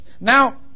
Now